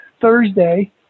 Thursday